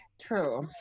true